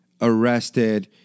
arrested